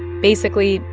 basically,